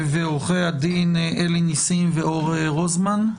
ועורכי הדין אלי ניסים ואור רוזנמן.